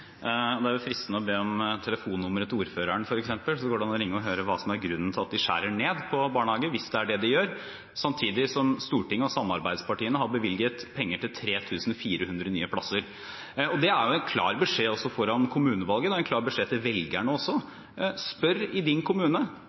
Det er fristende å be om telefonnummeret til ordføreren, f.eks., og så går det an å ringe og høre hva som er grunnen til at de skjærer ned på barnehager, hvis det er det de gjør, samtidig som Stortinget og samarbeidspartiene har bevilget penger til 3 400 nye plasser. Det er en klar beskjed foran kommunevalget, en klar beskjed til velgerne også: Spør i din kommune,